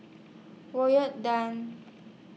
Tan